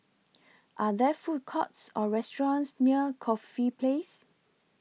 Are There Food Courts Or restaurants near Corfe Place